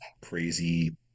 crazy